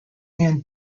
hand